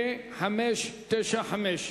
פ/595,